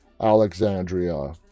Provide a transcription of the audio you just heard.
Alexandria